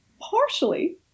Partially